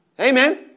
Amen